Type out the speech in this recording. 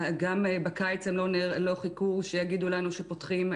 גם בקיץ הם לא חיכו שיגידו לנו שפותחים,